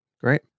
Great